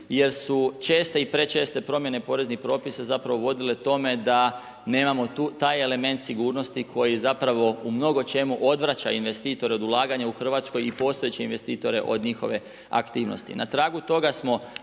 jer su česte i prečeste promjene poreznih propisa vodile tome da nemamo taj element sigurnosti koji u mnogo čemu odvraća investitore od ulaganja u Hrvatskoj i postojeće investitore od njihove aktivnosti.